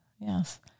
Yes